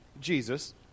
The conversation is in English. Jesus